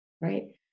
right